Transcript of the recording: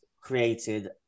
created